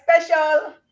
special